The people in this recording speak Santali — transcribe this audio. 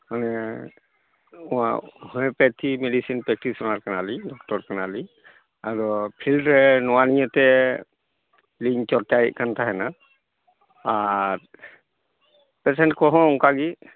ᱢᱟᱱᱮ ᱱᱚᱶᱟ ᱦᱳᱢᱤᱭᱮᱯᱮᱛᱤ ᱢᱮᱰᱤᱥᱤᱱᱯᱮᱛᱤᱥ ᱳᱱᱟᱨ ᱠᱟᱱᱟᱞᱤᱧ ᱰᱚᱠᱴᱚᱨ ᱠᱟᱱᱟᱞᱤᱧ ᱟᱫᱚ ᱯᱷᱤᱞᱰ ᱨᱮ ᱱᱚᱣᱟ ᱱᱤᱭᱟᱹᱛᱮ ᱞᱤᱧ ᱪᱚᱨᱪᱟᱭᱮᱫ ᱠᱟᱱ ᱛᱟᱦᱮᱱᱟ ᱟᱨ ᱯᱮᱥᱮᱱᱴ ᱠᱚᱦᱚᱸ ᱚᱱᱠᱟ ᱜᱤ